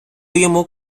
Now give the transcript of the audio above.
йому